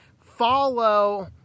follow